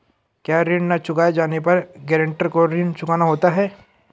क्या ऋण न चुकाए जाने पर गरेंटर को ऋण चुकाना होता है?